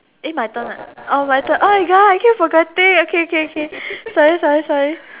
eh my turn ah oh my turn oh my god I keep forgetting okay okay okay sorry sorry sorry